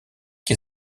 qui